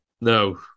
No